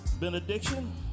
benediction